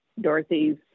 Dorothy's